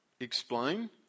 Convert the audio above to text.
explain